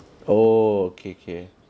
okay K